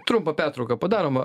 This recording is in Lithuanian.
trumpą pertrauką padarom